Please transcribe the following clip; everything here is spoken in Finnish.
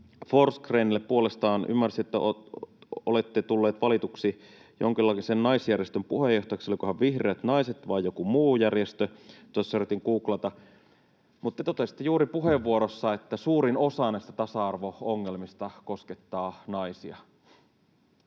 Forsgrénille puolestaan: Ymmärsin, että olette tullut valituksi jonkinlaisen naisjärjestön puheenjohtajaksi — olikohan Vihreät Naiset vai joku muu järjestö, tuossa yritin googlata — ja totesitte juuri puheenvuorossanne, että suurin osa näistä tasa-arvo- ongelmista koskettaa naisia.